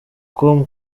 com